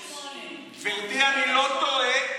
זה 88. גברתי, אני לא טועה.